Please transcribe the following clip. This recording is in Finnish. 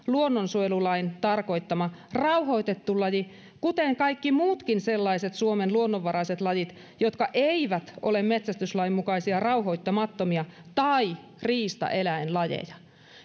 luonnonsuojelulain tarkoittama rauhoitettu laji kuten kaikki muutkin sellaiset suomen luonnonvaraiset lajit jotka eivät ole metsästyslain mukaisia rauhoittamattomia tai riistaeläinlajeja